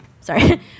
Sorry